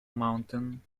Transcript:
mountain